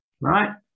right